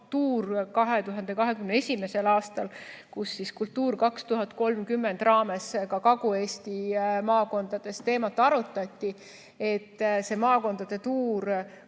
2021. aastal, kui "Kultuur 2030" raames ka Kagu-Eesti maakondades teemat arutati. See maakondade tuur